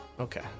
Okay